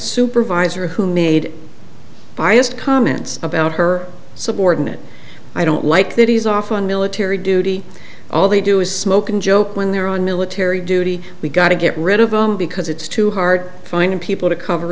supervisor who made biased comments about her subordinate i don't like that he's off on military duty all they do is smoke and joke when they're on miller terry duty we got to get rid of him because it's too hard finding people to cover